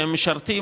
שהם משרתים,